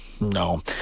no